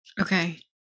okay